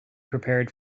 prepared